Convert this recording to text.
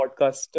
podcast